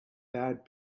bad